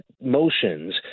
motions